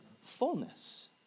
fullness